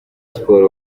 siporo